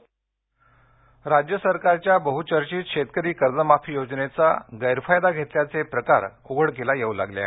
bogus कर्जमाफी राज्य सरकारच्या बहुचर्चित शेतकरी कर्जमाफी योजनेचा गैरफायदा घेतल्याचे प्रकार उघडकीला येऊ लागले आहेत